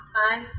time